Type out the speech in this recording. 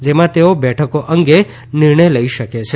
જેમાં તેઓ બેઠકો અંગે નિર્ણય લઇ શકે છે